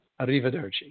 Arrivederci